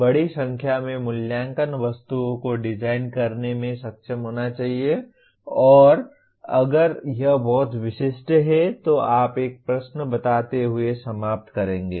बड़ी संख्या में मूल्यांकन वस्तुओं को डिजाइन करने में सक्षम होना चाहिए और अगर यह बहुत विशिष्ट है तो आप एक प्रश्न बताते हुए समाप्त करेंगे